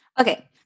Okay